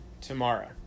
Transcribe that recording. tomorrow